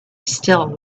still